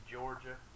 Georgia